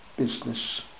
business